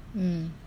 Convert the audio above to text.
mm